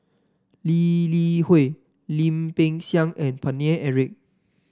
Lee Li Hui Lim Peng Siang and Paine Eric